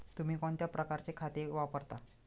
तुम्ही कोणत्या प्रकारचे खत वापरता?